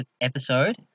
episode